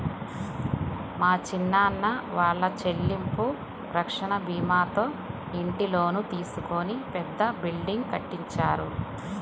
మా చిన్నాన్న వాళ్ళు చెల్లింపు రక్షణ భీమాతో ఇంటి లోను తీసుకొని పెద్ద బిల్డింగ్ కట్టించారు